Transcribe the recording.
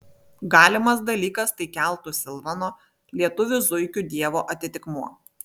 galimas dalykas tai keltų silvano lietuvių zuikių dievo atitikmuo